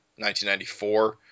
1994